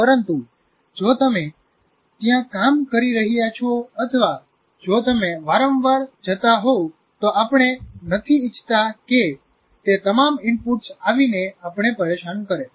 પરંતુ જો તમે ત્યાં કામ કરી રહ્યા છો અથવા જો તમે વારંવાર જતાહોવ તો આપણે નથી ઇચ્છતા કે તે તમામ ઇનપુટ્સ આવીને આપણે પરેશાન કરે